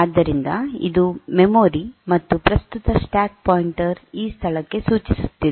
ಆದ್ದರಿಂದ ಇದು ಮೆಮೊರಿ ಮತ್ತು ಪ್ರಸ್ತುತ ಸ್ಟ್ಯಾಕ್ ಪಾಯಿಂಟರ್ ಈ ಸ್ಥಳಕ್ಕೆ ಸೂಚಿಸುತ್ತಿದೆ